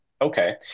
okay